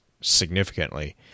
significantly